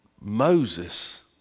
Moses